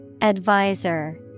Advisor